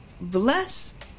Bless